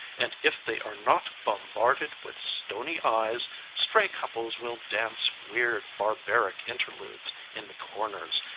and if they are not bombarded with stony eyes stray couples will dance weird barbaric interludes in the corners,